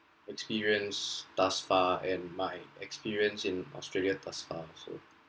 experience thus far and my experience in australia thus far so